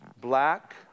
black